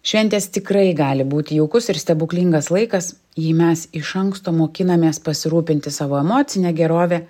šventės tikrai gali būti jaukus ir stebuklingas laikas jei mes iš anksto mokinamės pasirūpinti savo emocine gerove